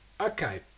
okay